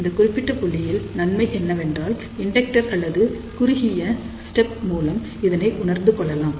இந்த குறிப்பிட்ட புள்ளியில் நன்மை என்னவென்றால் இண்டெக்டர் அல்லது குறுக்கிய ஸ்டப் மூலம் இதனை உணர்ந்து கொள்ளலாம்